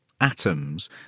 atoms